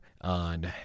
on